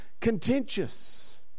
contentious